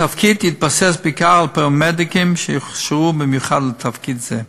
התפקיד יתבסס בעיקר על פרמדיקים שיוכשרו במיוחד לתפקיד זה,